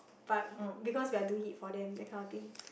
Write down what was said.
but because we are doing it for them that kind of thing